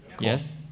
Yes